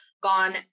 gone